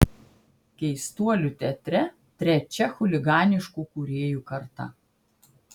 keistuolių teatre trečia chuliganiškų kūrėjų karta